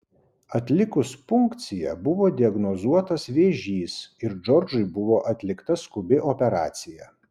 atlikus punkciją buvo diagnozuotas vėžys ir džordžui buvo atlikta skubi operacija